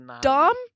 dumb